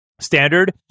standard